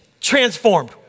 transformed